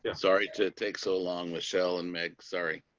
and sorry to take so long. michelle and meg, sorry.